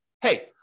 hey